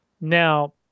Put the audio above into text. Now